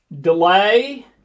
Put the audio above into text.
delay